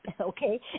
okay